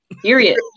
Period